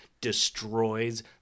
destroys